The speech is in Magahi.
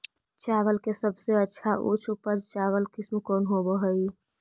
चावल के सबसे अच्छा उच्च उपज चावल किस्म कौन होव हई?